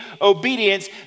obedience